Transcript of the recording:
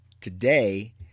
today